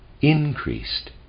increased